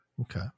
Okay